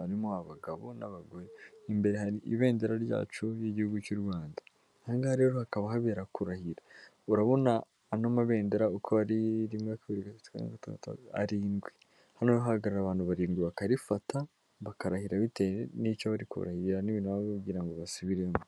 harimo abagabo, n'abagore, imbere hari ibendera ryacu ry'igihugu cy'u Rwanda, ahangaha rero hakaba habera kurahira, urabona ano mabendera uko ari rimwe kabiri gatatu kane gatanu gatandatu, arindwi hano rero hahagarara abantu barindwi bakarifata, bakarahira, bitewe n'icyo bari kurahirira n'ibintu baba bababwira ngo basubiremo.